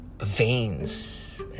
veins